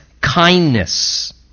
kindness